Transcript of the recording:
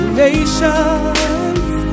nations